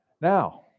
Now